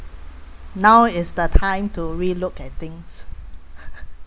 now is the time to relook at things